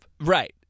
Right